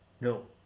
No